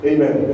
Amen